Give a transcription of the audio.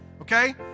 okay